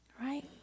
right